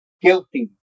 guilty